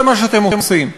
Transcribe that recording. זה מה שאתם עושים.